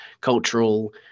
cultural